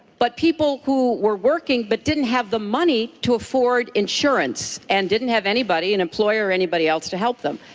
but people who were working but didn't have the money to afford insurance and didn't have anybody, an employer or anybody else to help them.